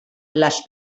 les